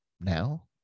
Now